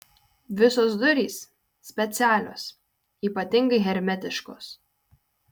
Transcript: visos durys specialios ypatingai hermetiškos